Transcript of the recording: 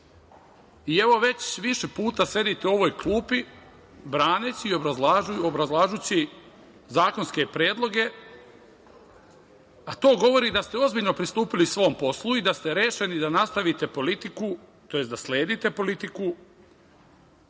Evo, već više puta sedite u ovoj klupi, braneći i obrazlažući zakonske predloge, a to govori da ste ozbiljno pristupili svom poslu i da ste rešeni da nastavite politiku, tj. da sledite politiku